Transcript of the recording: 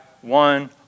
one